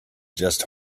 just